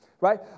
right